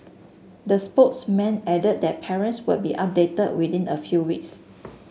the spokesman added that parents will be updated within a few weeks